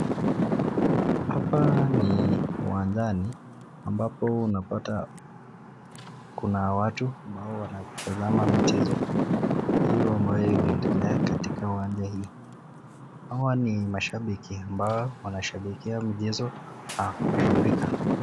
Hapa ni uwanjani , ambapo unapata kuna watu ambao wanatazama michezo hiyo ambayo inaendelea katika uwanja hii ,hawa ni mashabiki ambao wanashabikia mchezo wakuburudika.